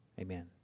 amen